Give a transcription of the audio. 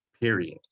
period